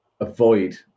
avoid